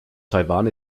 taiwan